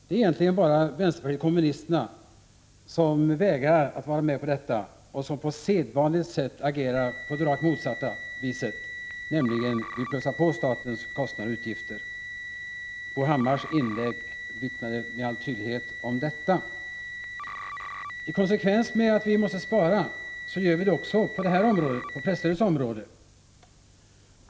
Det är egentligen bara vänsterpartiet kommunisterna som vägrar att vara med på detta och på sedvanligt sätt agerar i rakt motsatt riktning — de vill plussa på statens kostnader och utgifter. Bo Hammars inlägg vittnade med all tydlighet om detta. I konsekvens med uppfattningen att vi måste spara föreslår vi också besparingar på presstödsområdet.